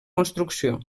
construcció